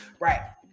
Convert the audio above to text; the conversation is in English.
right